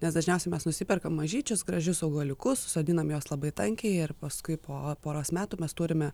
nes dažniausiai mes nusiperkam mažyčius gražius augaliukus susodinam juos labai tankiai ir paskui po poros metų mes turime